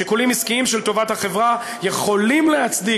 שיקולים עסקיים של טובת החברה יכולים להצדיק,